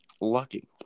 Lucky